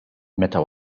meta